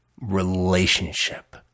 Relationship